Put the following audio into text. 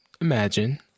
imagine